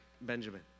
Benjamin